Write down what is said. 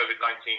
COVID-19